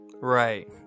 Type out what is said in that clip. Right